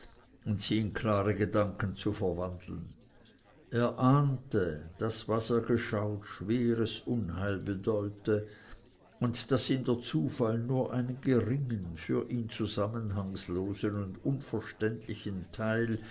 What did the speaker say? in klare gedanken zu verwandeln er ahnte daß was er geschaut schweres unheil bedeute und daß ihm der zufall nur einen geringen für ihn zusammenhangslosen und unverständlichen teil